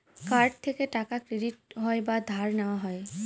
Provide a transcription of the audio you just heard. card থেকে টাকা credit হয় বা ধার নেওয়া হয়